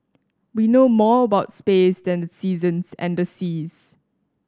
we know more about space than the seasons and the seas